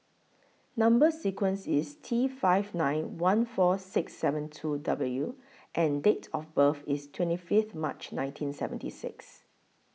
Number sequence IS T five nine one four six seven two W and Date of birth IS twenty Fifth March nineteen seventy six